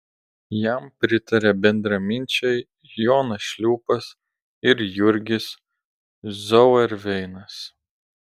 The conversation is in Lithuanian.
jam pritarė bendraminčiai jonas šliūpas ir jurgis zauerveinas